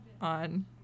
on